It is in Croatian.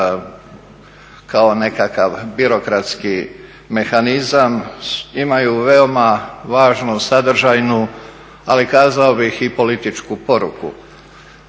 kao nekakav birokratski mehanizam imaju veoma važnu sadržajnu ali kazao bih i političku poruku.